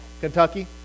Kentucky